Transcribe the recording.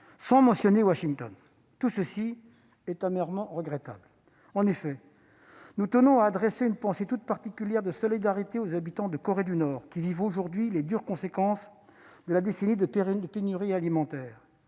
sans mentionner Washington. Tout ceci est amèrement regrettable. Nous tenons à adresser une pensée toute particulière de solidarité aux habitants de la Corée du Nord, qui vivent aujourd'hui les dures conséquences de décennies de pénurie alimentaire.